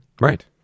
Right